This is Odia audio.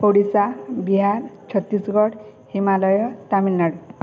ଓଡ଼ିଶା ବିହାର ଛତିଶଗଡ଼ ହିମାଲୟ ତାମିଲନାଡ଼ୁ